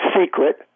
secret